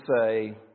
say